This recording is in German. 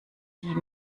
die